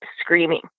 screaming